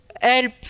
help